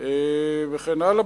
וכן הלאה.